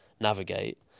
navigate